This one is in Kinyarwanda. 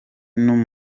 n’uyu